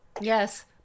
Yes